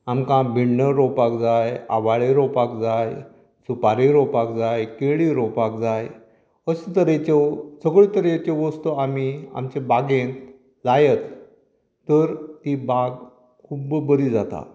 आमकां भिण्णां रोवपाक जाय आवाळे रोवपाक जाय सुपाऱ्यो रोवपाक जाय केळीं रोवपाक जाय अशे तरेच्यो सगळ्यो तरेच्यो वस्तू आमी आमचे बागेंत लायत तर ती बाग खूब्ब बरी जाता